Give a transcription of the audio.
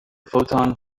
photon